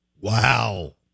wow